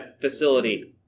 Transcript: facility